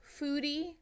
foodie